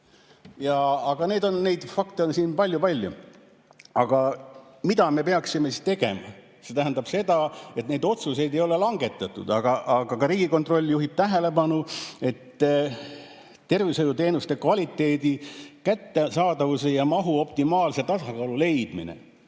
alaline. Aga neid fakte on siin palju-palju. Aga mida me peaksime siis tegema? See tähendab seda, et neid otsuseid ei ole langetatud, aga ka Riigikontroll juhib tähelepanu, et tervishoiuteenuste kvaliteedi, kättesaadavuse ja mahu optimaalse tasakaalu leidmine